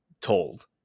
told